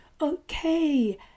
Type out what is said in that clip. Okay